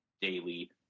daily